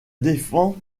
défend